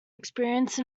experience